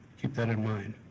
keep that in mind.